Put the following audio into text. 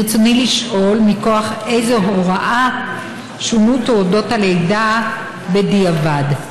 ברצוני לשאול: מכוח איזו הוראה שונו תעודות הלידה בדיעבד?